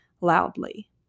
loudly